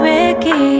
Ricky